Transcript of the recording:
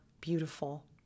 beautiful